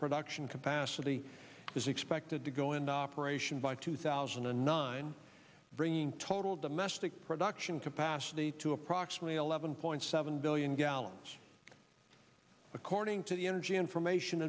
production capacity is expected to go into operation by two thousand and nine bringing total domestic production capacity to approximately eleven point seven billion gallons according to the energy information